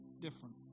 different